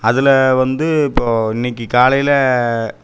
அதில் வந்து இப்போது இன்றைக்கு காலையில்